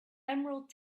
emerald